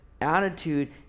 attitude